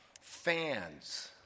fans